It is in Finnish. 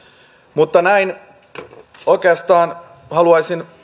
mutta kun oikeastaan haluaisin